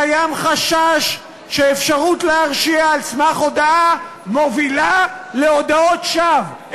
קיים חשש שאפשרות להרשיע על סמך הודאה מובילה להודאות שווא,